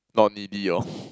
not needy orh